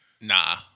Nah